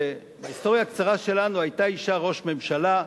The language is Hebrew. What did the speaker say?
בהיסטוריה הקצרה שלנו היתה אשה ראש ממשלה,